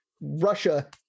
Russia